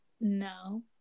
No